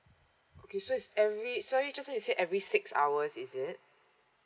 okay so it's every sorry just now you said every six hours is it